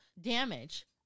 damage